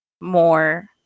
more